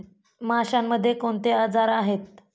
माशांमध्ये कोणते आजार आहेत?